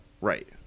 Right